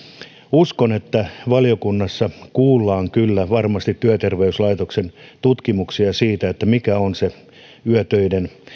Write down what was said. uskon että valiokunnassa kyllä kuullaan työterveyslaitoksen tutkimuksia siitä mikä on se yötöiden